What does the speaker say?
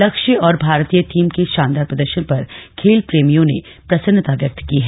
लक्ष्य और भारतीय टीम के शानदार प्रदर्शन पर खेल प्रेमियों ने प्रसन्नता व्यक्त की है